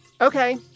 Okay